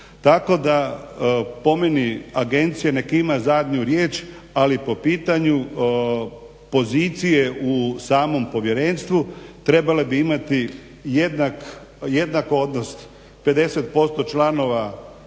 Tako da po meni agencija nek ima zadnju riječ ali po pitanju pozicije u samom povjerenstvu trebale bi imati jednak odnos, 50% članova